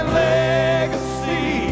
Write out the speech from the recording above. legacy